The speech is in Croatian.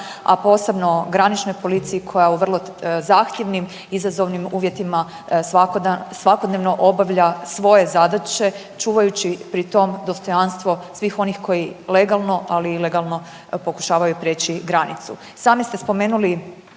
a posebno graničnoj policiji koja u vrlo zahtjevnim, izazovnim uvjetima svakodnevno obavlja svoje zadaće čuvajući pri tom dostojanstvo svih onih koji legalno, ali i ilegalno pokušavaju prijeći granicu. Sami ste spomenuli